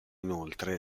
inoltre